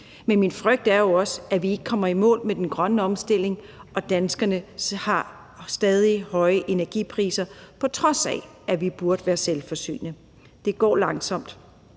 Men min frygt er jo også, at vi ikke kommer i mål med den grønne omstilling, for danskerne har stadig høje energipriser, på trods af at vi burde være selvforsynende. Det går langsomt.